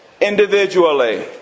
individually